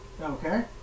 Okay